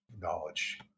knowledge